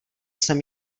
jsem